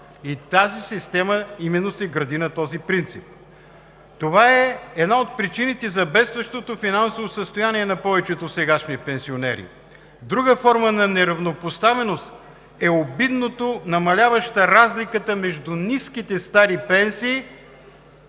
и тази система именно се гради на този принцип. Това е една от причините за бедстващото финансово състояние на повечето сегашни пенсионери. Друга форма на неравнопоставеност е обидно намаляващата разлика между ниските стари пенсии